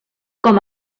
com